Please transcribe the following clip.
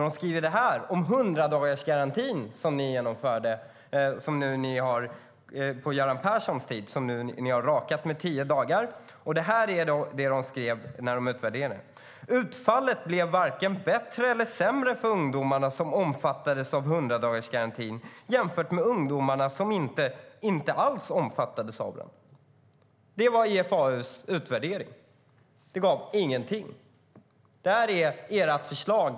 De skriver så här om 100-dagarsgarantin som ni genomförde under Göran Perssons tid och som ni nu har rakat med 10 dagar: "Utfallet blev varken bättre eller sämre för ungdomarna som omfattades av garantin jämfört med ungdomar som inte omfattades av den." IFAU:s utvärdering var att det gav ingenting. Det här är ert förslag.